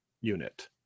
unit